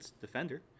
defender